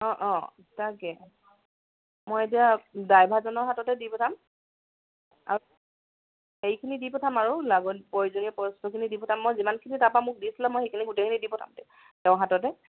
অঁ অঁ তাকে মই এতিয়া ড্ৰাইভাৰজনৰ হাততে দি পঠাম আৰু হেৰিখিনি দি পঠাম আৰু লগত প্ৰয়োজনীয় বস্তুখিনি দি পঠাম মই যিমানখিনি তাপা মোক দিছিলোে মই সেইখিনি গোটেইখিনি দি পঠাম তেওঁৰ হাততে